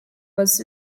was